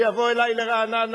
שיבוא אלי לרעננה,